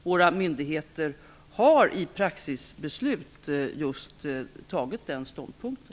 Våra myndigheter har i praxisbeslut just intagit den ståndpunkten.